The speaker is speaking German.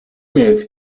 mails